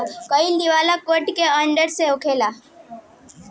कोई दिवाला कोर्ट के ऑर्डर से होला